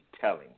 telling